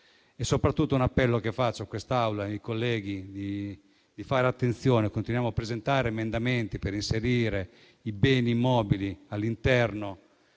È soprattutto un appello che lancio all'Assemblea e ai colleghi: facciamo attenzione e continuiamo a presentare emendamenti per inserire i beni mobili all'interno